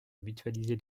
mutualiser